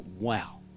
wow